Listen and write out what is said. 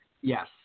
Yes